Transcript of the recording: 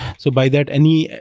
so by that, any